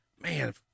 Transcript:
man